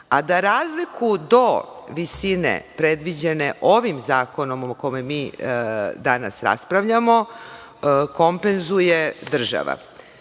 a da razliku do visine predviđene ovim zakonom o kome mi danas raspravljamo, kompenzuje država.